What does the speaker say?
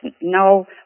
no